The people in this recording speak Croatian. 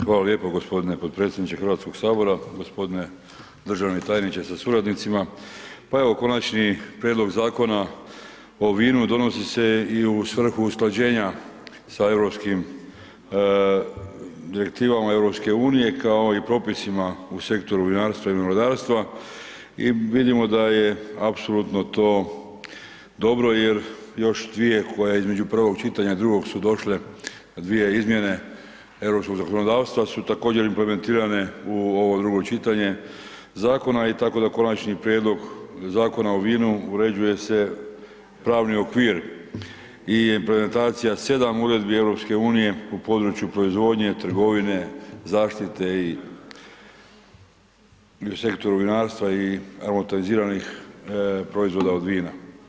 Hvala lijepo gospodine podpredsjedniče Hrvatskog sabora, gospodine državni tajniče sa suradnicima, pa evo Konačni prijedlog Zakona o vinu donosi se i u svrhu usklađenja sa Europskim direktivama EU kao i propisima u sektoru vinarstva i vinogradarstva i vidimo da je apsolutno to dobro jer još dvije koje između prvog čitanja, drugog su došle dvije izmjene europskog zakonodavstva su također implementirane u ovo drugo čitanje zakona i tako da Konačni prijedlog Zakona o vinu uređuje se pravni okvir i implementacija 7 u Uredbi EU u području proizvodnje, trgovine, zaštite i u sektoru vinarstva i aromatiziranih proizvoda od vina.